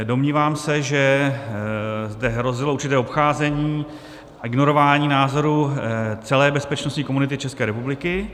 Domnívám se, že zde hrozilo určité obcházení a ignorování názorů celé bezpečnostní komunity České republiky.